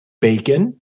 Bacon